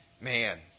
man